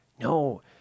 No